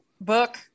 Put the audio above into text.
book